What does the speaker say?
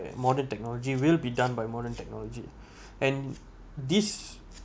modern technology will be done by modern technology and this